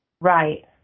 Right